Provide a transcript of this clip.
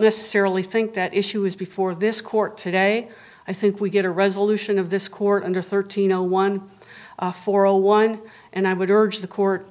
necessarily think that issue is before this court today i think we get a resolution of this court under thirteen zero one four zero one and i would urge the court